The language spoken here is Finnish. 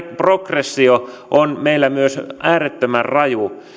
progressio on meillä myös äärettömän raju